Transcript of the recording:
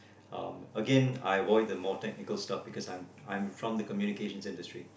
um Again I avoid the more technical stuff because I'm I'm from the communication industry